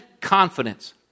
confidence